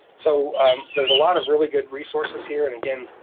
so there's a lot of really good resources here, and again,